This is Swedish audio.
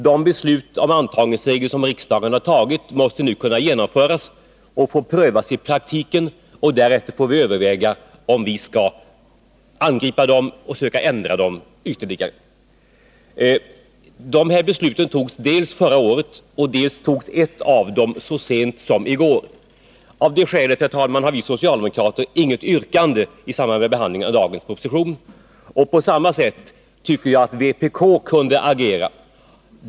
De beslut om antagningsregler som riksdagen har tagit måste nu kunna genomföras och prövas i praktiken, och därefter får vi överväga om vi skall angripa dem och försöka ändra dem ytterligare. Ett beslut togs förra året, ett så sent som i går. Av det skälet har vi socialdemokrater inget yrkande i samband med behandlingen av dagens proposition. På samma sätt tycker jag att vpk kunde ha agerat.